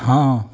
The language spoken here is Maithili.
हँ